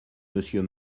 monsieur